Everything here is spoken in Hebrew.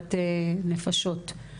בהצלת נפשות.